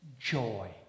joy